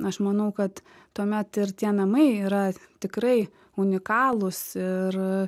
aš manau kad tuomet ir tie namai yra tikrai unikalūs ir